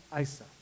Isa